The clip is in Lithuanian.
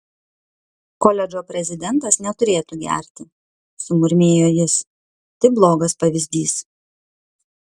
koledžo prezidentas neturėtų gerti sumurmėjo jis tai blogas pavyzdys